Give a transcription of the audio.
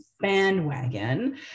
bandwagon